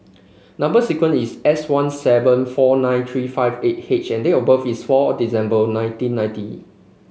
number sequence is S one seven four nine three five eight H and date of birth is four December nineteen ninety